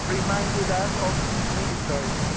reminded us of military.